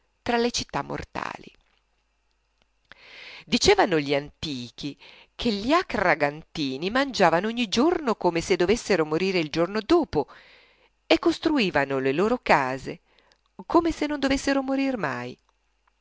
tra le città mortali dicevano gli antichi che gli akragantini mangiavano ogni giorno come se dovessero morire il giorno dopo e costruivano le loro case come se non dovessero morir mai